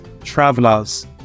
travelers